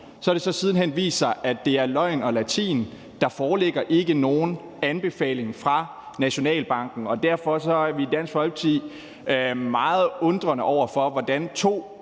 Det har så siden hen vist sig, at det er løgn og latin. Der foreligger ikke nogen anbefaling fra Nationalbanken. Derfor er vi i Dansk Folkeparti meget undrende over for, hvordan to